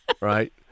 Right